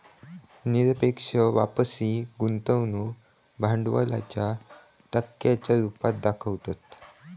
निरपेक्ष वापसी गुंतवणूक भांडवलाच्या टक्क्यांच्या रुपात दाखवतत